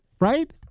Right